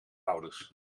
ouders